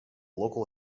local